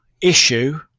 issue